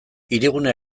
hirigune